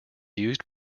used